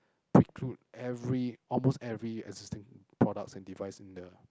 preclude like every almost every existing products and device in the